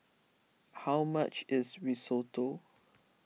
how much is Risotto